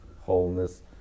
wholeness